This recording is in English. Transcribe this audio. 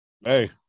hey